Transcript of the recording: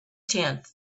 tenth